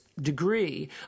degree